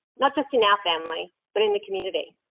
not just in our family, but in the community.